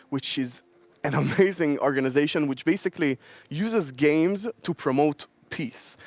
which is an amazing organization which basically uses games to promote peace.